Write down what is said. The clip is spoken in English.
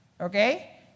okay